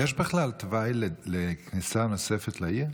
יש בכלל תוואי לכניסה נוספת לעיר?